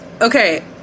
Okay